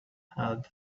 had